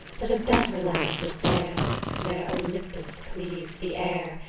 but a better land is there where olympus cleaves the air,